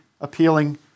appealing